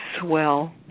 swell